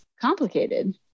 complicated